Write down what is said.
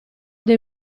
dei